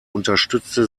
unterstützte